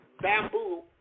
bamboo